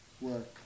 work